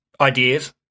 ideas